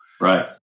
Right